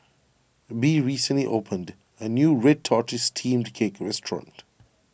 Bea recently opened a new Red Tortoise Steamed Cake Restaurant